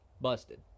busted